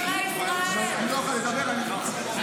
1.5 מיליון דולר לחמאס.